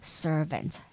servant